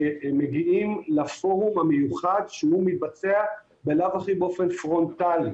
הם מגיעים לפורום המיוחד שמתבצע בלאו הכי באופן פרונטלי.